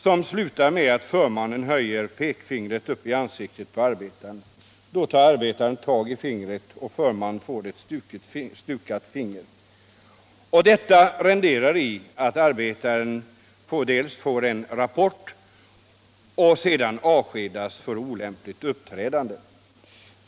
Den slutar med att förmannen höjer pekfingret upp i ansiktet på arbetaren. Då tar arbetaren tap i fingret som härigenom stukades. Detta medförde att arbetaren fick en rapport och sedan avskedades för olämpligt uppträdande.